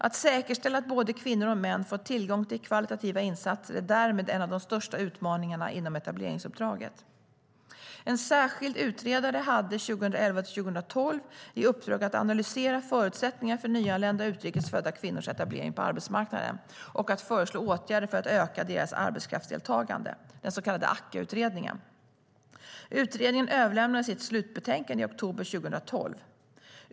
Att säkerställa att både kvinnor och män får tillgång till högkvalitativa insatser är därmed en av de största utmaningarna inom etableringsuppdraget. En särskild utredare hade 2011-2012 i uppdrag att analysera förutsättningarna för nyanlända utrikes födda kvinnors etablering på arbetsmarknaden och att föreslå åtgärder för att öka deras arbetskraftsdeltagande, den så kallade AKKA-utredningen. Utredningen överlämnade sitt slutbetänkande i oktober 2012.